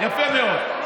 יפה מאוד.